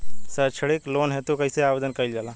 सैक्षणिक लोन हेतु कइसे आवेदन कइल जाला?